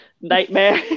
nightmare